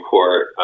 Court